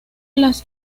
las